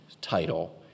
title